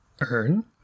Earn